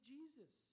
Jesus